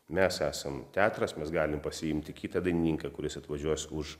mes esam teatras mes galim pasiimti kitą dainininką kuris atvažiuos už